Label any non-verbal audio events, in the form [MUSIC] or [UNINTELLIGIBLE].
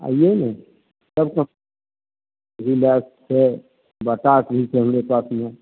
आइयो ने सब काम रीबॉक छै बाटाके भी छै [UNINTELLIGIBLE]